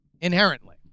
Inherently